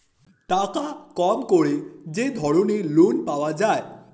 টাকা কম করে যে ধরনের লোন পাওয়া যায়